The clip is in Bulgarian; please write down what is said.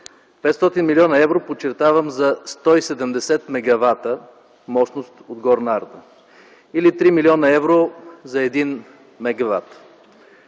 милиона евро, подчертавам, за 170 мегавата мощност от „Горна Арда” или 3 милиона евро за 1 мегават.